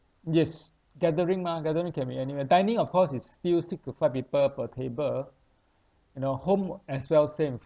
yes gathering mah gathering can be anywhere dining of course is still stick to five people per table you know home as well same